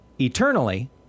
eternally